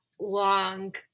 long